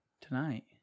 Tonight